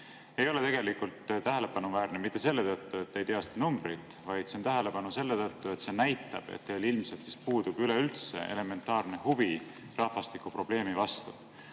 ei ole tegelikult tähelepanuväärne mitte selle tõttu, et te ei tea seda numbrit, vaid see on tähelepanuväärne selle tõttu, et see näitab, et teil ilmselt puudub üleüldse elementaarne huvi rahvastikuprobleemi vastu.